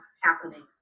happening